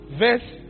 verse